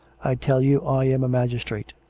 i tell you i am a magistrate!